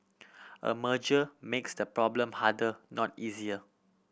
a merger makes the problem harder not easier